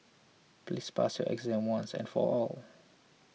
please pass your exam once and for all